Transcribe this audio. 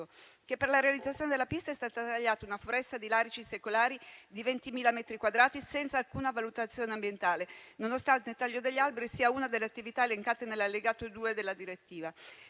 che per la realizzazione della pista è stata tagliata una foresta di larici secolari di 20.000 metri quadrati, senza alcuna valutazione ambientale, nonostante il taglio degli alberi sia una delle attività elencate nell'allegato 2 della direttiva.